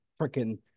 freaking